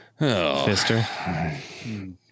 Fister